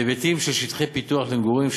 ובהיבטים של שטחי פיתוח למגורים,